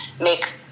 make